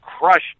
crushed